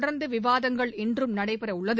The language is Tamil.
தொடர்ந்து விவாதங்கள் இன்றும் நடைபெற உள்ளது